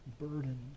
burden